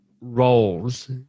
roles